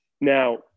Now